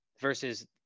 versus –